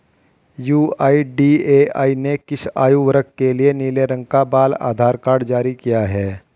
UIDAI ने किस आयु वर्ग के लिए नीले रंग का बाल आधार कार्ड जारी किया है?